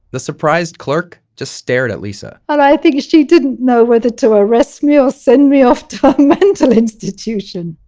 the surprised clerk just stared at lisa and i think she didn't know whether to arrest me or send me off to a mental institution.